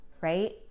right